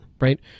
right